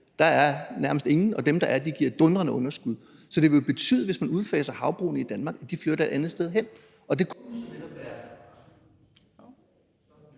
Der er nærmest ingen, og dem, der er, giver dundrende underskud. Så det vil jo betyde, hvis man udfaser havbrugene i Danmark, at de flytter et andet sted hen,